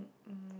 move